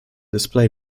display